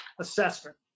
assessment